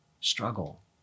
struggle